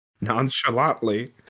nonchalantly